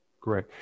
great